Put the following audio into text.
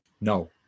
No